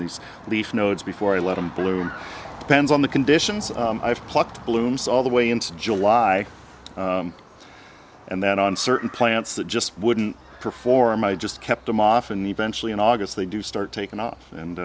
these leaf nodes before i let them bloom pens on the conditions i've plucked blooms all the way into july and then on certain plants that just wouldn't perform i just kept him off and eventually in august they do start taking off and